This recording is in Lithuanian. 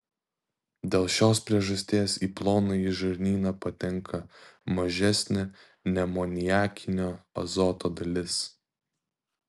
dėl šios priežasties į plonąjį žarnyną patenka mažesnė neamoniakinio azoto dalis